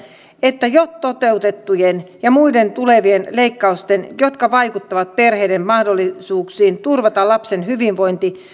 että jo toteutettujen ja muiden tulevien leikkausten jotka vaikuttavat perheiden mahdollisuuksiin turvata lapsen hyvinvointi